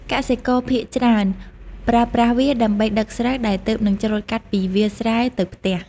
កសិករភាគច្រើនប្រើប្រាស់វាដើម្បីដឹកស្រូវដែលទើបនឹងច្រូតកាត់ពីវាលស្រែទៅផ្ទះ។